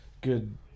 good